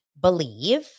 believe